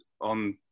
on